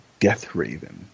Deathraven